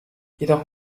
jedoch